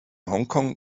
hongkong